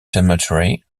cemetery